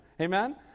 Amen